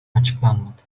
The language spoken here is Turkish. açıklanmadı